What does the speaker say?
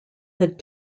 had